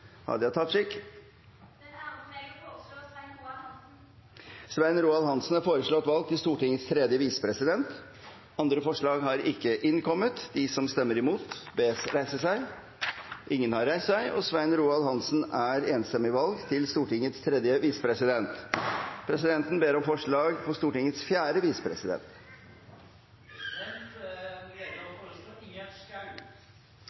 å føreslå Svein Roald Hansen . Svein Roald Hansen er foreslått valgt til Stortingets tredje visepresident. – Andre forslag foreligger ikke. Presidenten ber så om forslag på Stortingets fjerde visepresident.